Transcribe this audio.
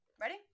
Ready